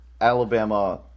Alabama